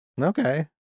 Okay